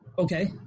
Okay